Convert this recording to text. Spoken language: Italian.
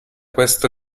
questo